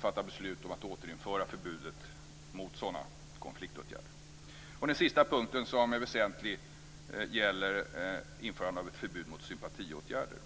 fatta ett beslut om att återinföra förbudet mot sådana konfliktåtgärder. Det tredje som är väsentligt är införande av ett förbud mot sympatiåtgärder.